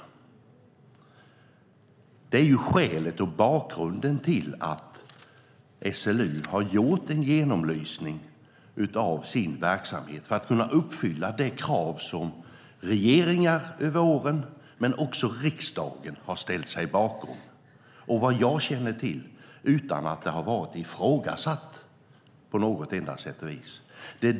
SLU har gjort en genomlysning av sin verksamhet för att kunna uppfylla de krav som regeringar över åren och riksdagen har ställt sig bakom - utan att det har varit ifrågasatt såvitt jag känner till.